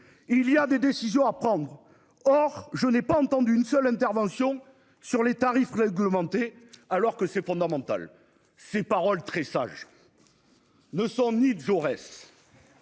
Il y a des décisions à prendre. Or je n'ai pas entendu une seule intervention sur les tarifs réglementés, alors que c'est fondamental. Ces paroles très sage. Ne sont ni de Jaurès.--